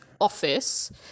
office